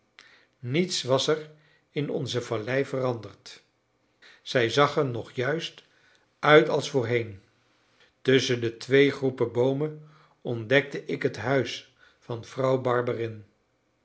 niets was er in onze vallei veranderd zij zag er nog juist uit als voorheen tusschen de twee groepen boomen ontdekte ik het huis van vrouw